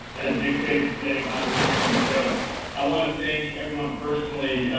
dictated today by this hearing. so i wanna thank everyone personally,